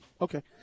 Okay